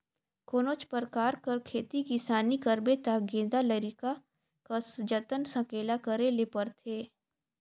कोनोच परकार कर खेती किसानी करबे ता गेदा लरिका कस जतन संकेला करे ले परथे